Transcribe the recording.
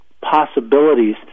possibilities